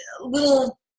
little